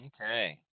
Okay